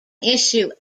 issue